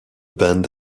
band